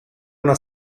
una